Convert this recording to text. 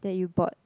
that you bought